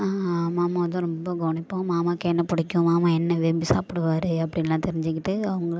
மாமாவை தான் ரொம்ப கவனிப்போம் மாமாவுக்கு என்ன பிடிக்கும் மாமா என்ன விரும்பி சாப்பிடுவாரு அப்டின்னுலாம் தெரிஞ்சுக்கிட்டு அவங்கள